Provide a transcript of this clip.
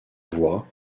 voie